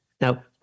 Now